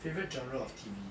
favourite genre of T_V